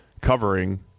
covering